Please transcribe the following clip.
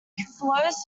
flows